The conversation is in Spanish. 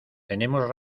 tenemos